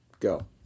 Go